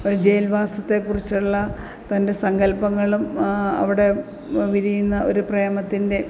ഒരു ജയിൽവാസത്തെ കുറിച്ചുള്ള തന്റെ സങ്കല്പ്പങ്ങളും അവിടെ വിരിയുന്ന ഒരു പ്രേമത്തിന്റെ